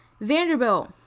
Vanderbilt